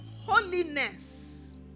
holiness